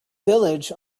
village